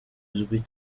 izwi